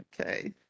Okay